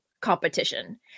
competition